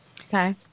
Okay